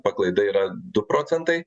paklaida yra du procentai